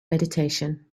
meditation